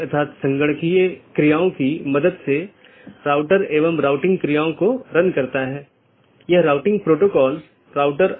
यह प्रत्येक सहकर्मी BGP EBGP साथियों में उपलब्ध होना चाहिए कि ये EBGP सहकर्मी आमतौर पर एक सीधे जुड़े हुए नेटवर्क को साझा करते हैं